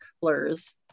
blurs